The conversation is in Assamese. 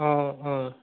অঁ অঁ